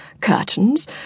curtains